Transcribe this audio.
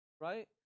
right